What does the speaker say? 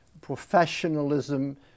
professionalism